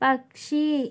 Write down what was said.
പക്ഷി